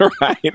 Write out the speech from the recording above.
right